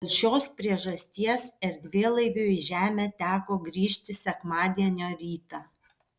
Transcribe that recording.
dėl šios priežasties erdvėlaiviui į žemę teko grįžti sekmadienio rytą